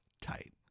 tight